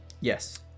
Yes